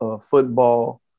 football